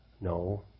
No